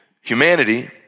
humanity